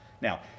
Now